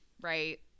right